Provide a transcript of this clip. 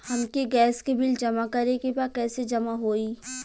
हमके गैस के बिल जमा करे के बा कैसे जमा होई?